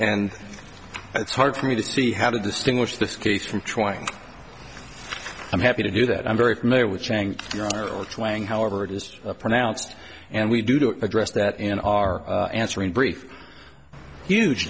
and it's hard for me to see how to distinguish this case from trying i'm happy to do that i'm very familiar with chang however it is pronounced and we do to address that in our answering brief huge